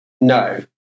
no